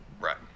right